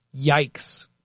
Yikes